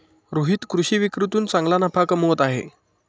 रोहित कृषी विक्रीतून चांगला नफा कमवत आहे